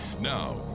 Now